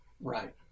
Right